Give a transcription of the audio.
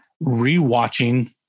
re-watching